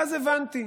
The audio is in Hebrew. ואז הבנתי,